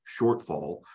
shortfall